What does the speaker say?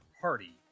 party